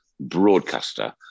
Broadcaster